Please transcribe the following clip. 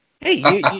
Hey